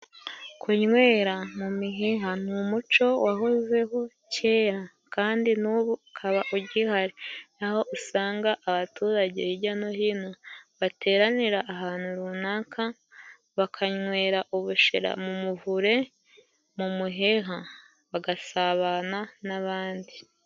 Kunywera mu miheha ni umuco wahozeho kera kandi n'ubu ukaba ugihari, aho usanga abaturage hirya no hino bateranira ahantu runaka bakanywera ubushera mu muvure, mu muheha bagasabana n'abandi.